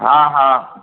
हा हा